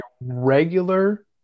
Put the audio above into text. regular